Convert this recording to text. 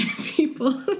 people